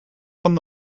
van